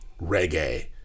reggae